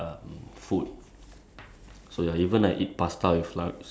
an experience lah after I try something new cause I really